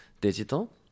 digital